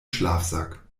schlafsack